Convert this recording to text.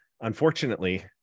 unfortunately